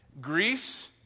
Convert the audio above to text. Greece